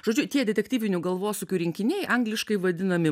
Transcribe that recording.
žodžiu tie detektyvinių galvosūkių rinkiniai angliškai vadinami